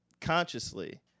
consciously